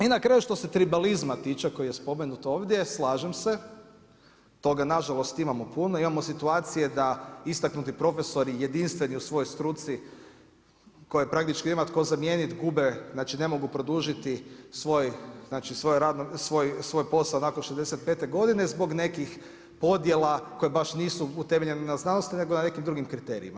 I na kraju, što se tribalizma tiče koji je spomenut ovdje, slažem se toga nažalost imamo puno, imamo situacije da istaknuti profesori jedinstveni u svojoj struci koji praktički nema tko zamijeniti gube, znači ne mogu produžiti svoj posao nakon 65 godine, zbog nekih podjela, koje baš nisu utemeljeni na znanstvenim, nego na nekim drugim kriterijima.